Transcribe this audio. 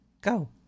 Go